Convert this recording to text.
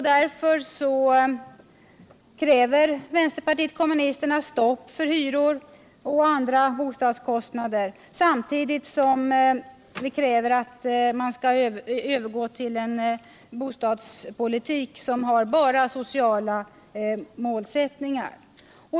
Därför kräver vänsterpartiet kommunisterna stopp för hyror och andra bostadskostnader samtidigt som vi kräver att man skall övergå till en bostadspolitik som bara har sociala målsättningar.